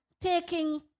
Taking